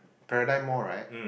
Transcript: Paradigm-Mall right